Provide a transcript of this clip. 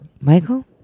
Michael